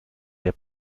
der